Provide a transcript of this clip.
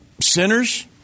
sinners